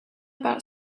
about